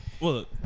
look